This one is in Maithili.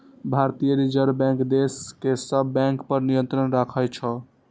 भारतीय रिजर्व बैंक देश के सब बैंक पर नियंत्रण राखै छै